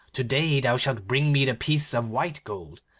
to-day thou shalt bring me the piece of white gold,